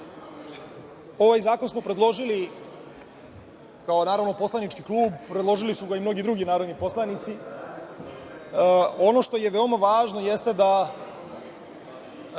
zakon smo predložili kao poslanički klub. Predložili su ga i mnogi drugi narodni poslanici. Ono što je veoma važno jeste da